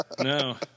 No